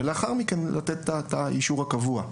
ולאחר מכן לתת את האישור הקבוע.